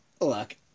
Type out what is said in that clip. look